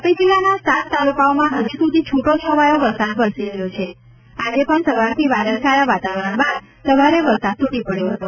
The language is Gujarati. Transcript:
તાપી જિલ્લાના સાત તાલુકાઓમાં હજુસુધી છૂટો છવાયો વરસાદ વરસી રહ્યો છે આજે પણ સવારથી વાદળછાયા વાતાવરણ બાદ સવારે વરસાદ તૂટી પડ્યો હતો